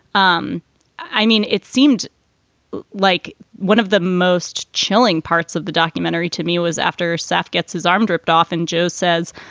um i mean, it seemed like one of the most chilling parts of the documentary to me was after srf gets his arm ripped off and joe says,